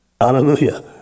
Hallelujah